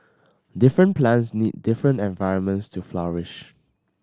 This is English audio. different plants need different environments to flourish